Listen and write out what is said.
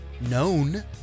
known